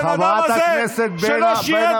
חבר הכנסת גולן, חברת הכנסת בן ארי.